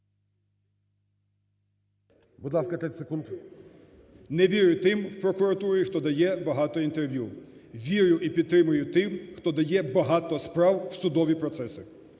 Не вірю тим в прокуратурі, хто дає багато інтерв'ю. Вірю і підтримую тих, хто дає багато справ в судові процеси.